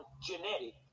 genetic